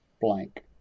blank